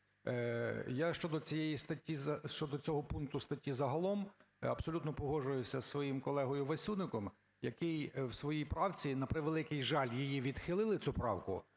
щодо цього пункту статті загалом абсолютно погоджуюсь зі своїм колегою Васюником, який в своїй правці, на превеликий жаль, її відхилили, цю правку.